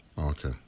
Okay